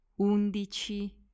undici